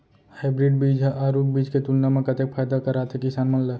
Hybrid बीज हा आरूग बीज के तुलना मा कतेक फायदा कराथे किसान मन ला?